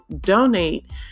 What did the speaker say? donate